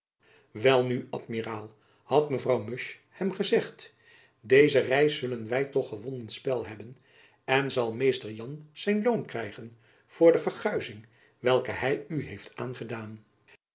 welnu amiraal had mevrouw musch hem gezegd deze reis zullen wy toch gewonnen spel hebben en zal mr jan zijn loon krijgen voor de verguizing welke hy u heeft aangedaan